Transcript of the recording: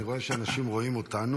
אני רואה שאנשים רואים אותנו,